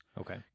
Okay